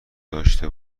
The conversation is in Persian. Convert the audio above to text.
داشته